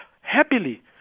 happily